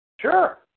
Sure